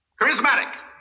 Charismatic